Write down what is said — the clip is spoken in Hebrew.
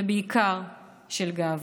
ובעיקר של גאווה.